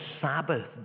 Sabbath